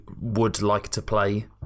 would-like-to-play